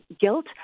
guilt